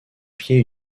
pied